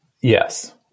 Yes